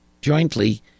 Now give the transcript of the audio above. jointly